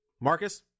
Marcus